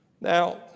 Now